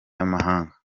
banyamahanga